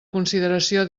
consideració